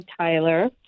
Tyler